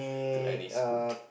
to any school